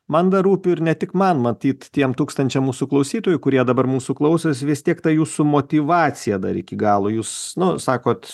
man dar rūpi ir ne tik man matyt tiems tūkstančiam mūsų klausytojų kurie dabar mūsų klausėsi vis tiek ta jūsų motyvacija dar iki galo jūs nu sakot